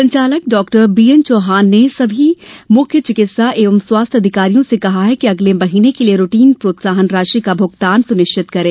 संचालक डॉ B N Chauhan सभी मुख्य चिकित्सा एवं स्वास्थ्य अधिकारियों से कहा है कि अगले महीने के लिये रूटीन प्रोत्साहन राशि का भुगतान सुनिश्चित करें